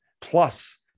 plus